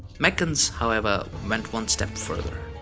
meccans, however, went one step further.